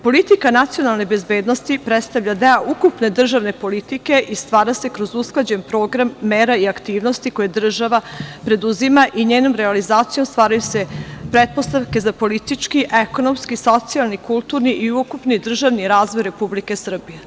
Politika nacionalne bezbednosti predstavlja deo ukupne državne politike i stvara se kroz usklađen program mera i aktivnosti koje država preduzima i njenom realizacijom stvaraju se pretpostavke za politički, socijalni, kulturni i ukupni državni razvoj Republike Srbije.